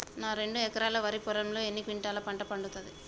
నా రెండు ఎకరాల వరి పొలంలో ఎన్ని క్వింటాలా పంట పండుతది?